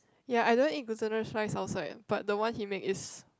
ya I don't eat glutinous rice outside but the one he make is